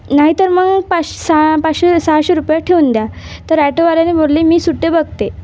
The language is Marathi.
नाही तर मग पाश् सहा पाचशे सहाशे रुपये ठेऊन द्या तर ॲटोवाल्याने बोलले मी सुट्टे बघते